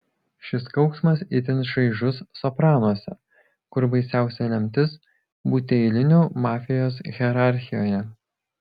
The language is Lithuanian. šis kauksmas itin šaižus sopranuose kur baisiausia lemtis būti eiliniu mafijos hierarchijoje